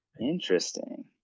interesting